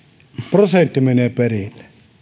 prosentti menee perille